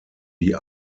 die